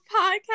podcast